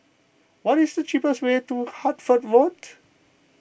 what is the cheapest way to Hertford Road